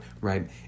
right